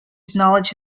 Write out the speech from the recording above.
acknowledge